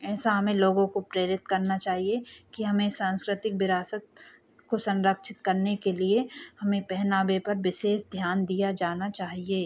ऐसा हमें लोगों को प्रेरित करना चाहिए कि हमें साँस्कृतिक विरासत को संरक्षित करने के लिए हमें पहनावे पर विशेष ध्यान दिया जाना चाहिए